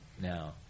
now